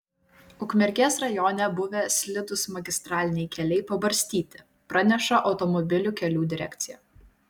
ukmergės rajone buvę slidūs magistraliniai keliai pabarstyti praneša automobilių kelių direkcija